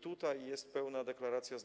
Tutaj z naszej strony jest pełna deklaracja